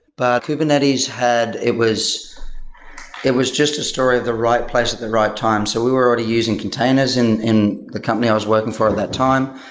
but kubernetes had it was it was just a story of the right place at the right time. so we were already using containers in in the company i was working for at that time.